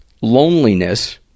loneliness